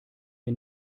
wir